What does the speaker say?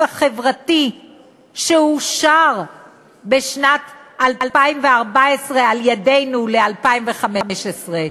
החברתי שאושר בשנת 2014 על-ידינו ל-2015.